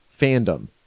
fandom